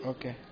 Okay